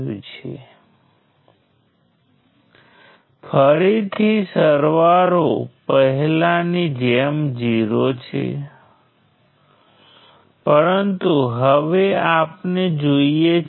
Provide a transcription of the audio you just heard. તેથી અમારી પાસે B I V સંબંધો છે જે તમને B ને વધુ ઈક્વેશન્સ આપે છે